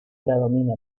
bradomín